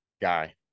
guy